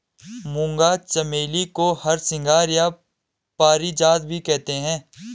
मूंगा चमेली को हरसिंगार या पारिजात भी कहते हैं